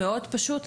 מאוד פשוט.